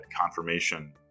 confirmation